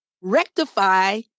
rectify